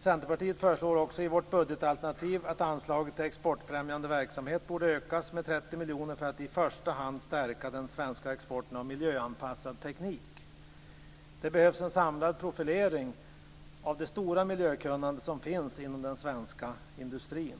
Centerpartiet föreslår också i sitt budgetalternativ att anslaget till exportfrämjande verksamhet borde ökas med 30 miljoner för att i första hand stärka den svenska exporten av miljöanpassad teknik. Det behövs en samlad profilering av det stora miljökunnande som finns inom den svenska industrin.